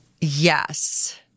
Yes